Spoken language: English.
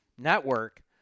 Network